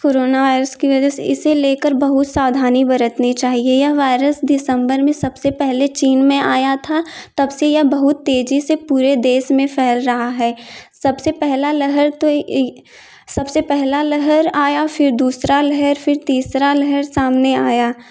corona virus की वजह से इसे लेकर बहुत सावधानी भी रखनी चाहिए यह वायरस दिसम्बर में सबसे पहले चीन में आया था तब से यह बहुत तेज़ी पूरे देश में फैल रहा है सबसे पहला लहर तो ये सबसे पहला लहर आया फिर दूसरा लहर फिर तीसरा लहर सामने आया